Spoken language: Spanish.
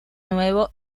nuevo